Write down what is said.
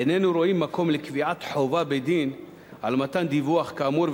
איננו רואים מקום לקביעת חובה בדין על מתן דיווח כאמור,